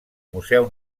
museu